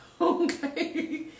Okay